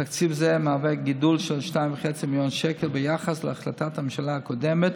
תקציב זה מהווה גידול של 2.5 מיליון שקל ביחס להחלטת ממשלה הקודמת